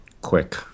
quick